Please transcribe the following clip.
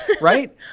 right